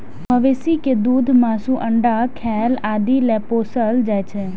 मवेशी कें दूध, मासु, अंडा, खाल आदि लेल पोसल जाइ छै